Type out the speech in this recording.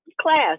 class